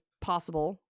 possible